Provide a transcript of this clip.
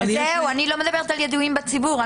אני לא מדברת על ידועים בציבור.